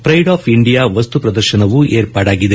pride of India ವಸ್ತು ಪ್ರದರ್ಶನವೂ ಏರ್ಪಾಡಾಗಿದೆ